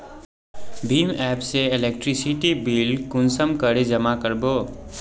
भीम app से electricity bill कुंसम करे जमा कर बो?